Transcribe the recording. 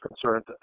concerned